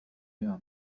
يعمل